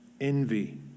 envy